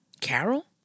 Carol